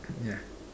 yeah